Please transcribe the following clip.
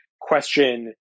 question